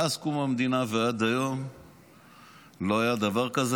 מאז קום המדינה ועד היום לא היה דבר כזה,